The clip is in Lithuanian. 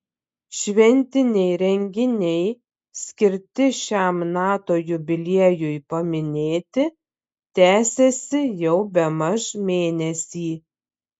šventiniai renginiai skirti šiam nato jubiliejui paminėti tęsiasi jau bemaž mėnesį